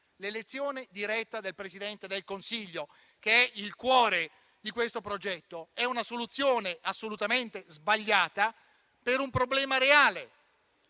l'elezione diretta del Presidente del Consiglio, che è il cuore di questo progetto, è una soluzione assolutamente sbagliata per un problema reale.